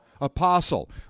Apostle